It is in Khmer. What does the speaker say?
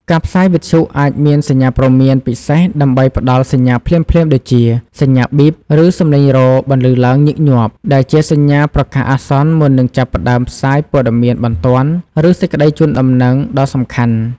ការផ្សាយវិទ្យុអាចមានសញ្ញាព្រមានពិសេសដើម្បីផ្តល់សញ្ញាភ្លាមៗដូចជា សញ្ញា ប៊ីប ឬសំឡេងរោទិ៍បន្លឺឡើងញឹកញាប់ ដែលជាសញ្ញាប្រកាសអាសន្នមុននឹងចាប់ផ្តើមផ្សាយព័ត៌មានបន្ទាន់ ឬសេចក្តីជូនដំណឹងដ៏សំខាន់។